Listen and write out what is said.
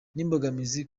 n’imbogamizi